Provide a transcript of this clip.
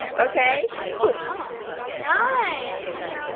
okay boom. oh nice.